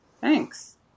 thanks